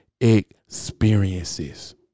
experiences